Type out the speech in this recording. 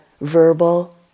verbal